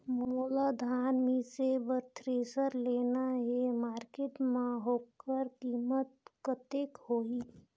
मोला धान मिसे बर थ्रेसर लेना हे मार्केट मां होकर कीमत कतेक होही?